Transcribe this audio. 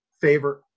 favorite